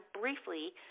briefly